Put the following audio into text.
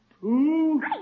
two